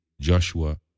Joshua